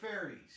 fairies